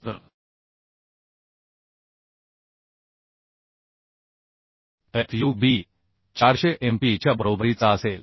तर Fub 400 MPaच्या बरोबरीचा असेल